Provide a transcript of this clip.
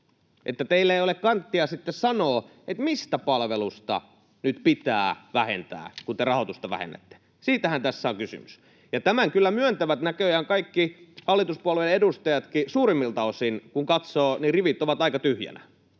Teillä ei ole kanttia sanoa, mistä palvelusta nyt pitää vähentää, kun te rahoitusta vähennätte. Siitähän tässä on kysymys, ja tämän kyllä myöntävät näköjään kaikki hallituspuolueiden edustajatkin suurimmilta osin — kun katsoo, niin rivit ovat aika tyhjinä.